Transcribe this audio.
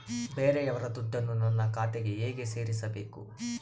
ಬೇರೆಯವರ ದುಡ್ಡನ್ನು ನನ್ನ ಖಾತೆಗೆ ಹೇಗೆ ಸೇರಿಸಬೇಕು?